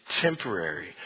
temporary